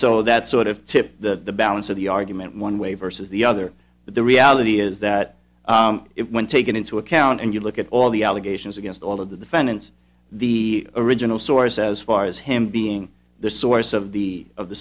so that sort of tipped the balance of the argument one way versus the other but the reality is that it when taken into account and you look at all the allegations against all of the defendants the original source as far as him being the source of the of the